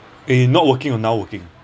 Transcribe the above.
eh not working or now working